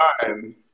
time